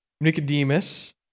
Nicodemus